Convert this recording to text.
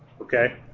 Okay